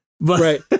Right